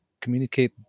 communicate